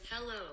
Hello